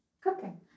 Cooking